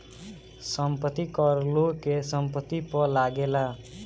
संपत्ति कर लोग के संपत्ति पअ लागेला